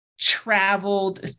traveled